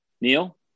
Neil